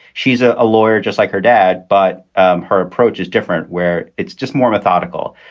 she's a lawyer just like her dad. but her approach is different where it's just more methodical.